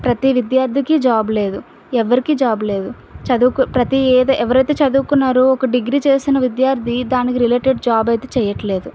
ప్రతి విద్యార్థికి జాబ్ లేదు ఎవరికి జాబ్ లేదు చదువు ప్రతి ఎవరైతే చదువుకున్నారు ఒక డిగ్రీ చేసిన విద్యార్థి దానికి రిలేటెడ్ జాబ్ అయితే చేయట్లేదు